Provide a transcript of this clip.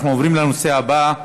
אנחנו עוברים לנושא הבא: